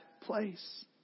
place